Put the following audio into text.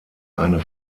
eine